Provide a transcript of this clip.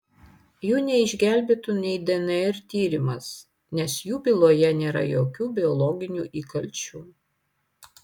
jų neišgelbėtų nei dnr tyrimas nes jų byloje nėra jokių biologinių įkalčių